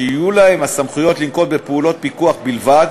שיהיו להם הסמכויות לנקוט פעולות פיקוח בלבד